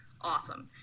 awesome